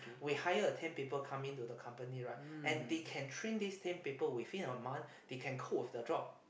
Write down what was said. we hire a ten people coming to the company right and they can train this ten people within a month they can coupe with the job